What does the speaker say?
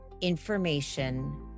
information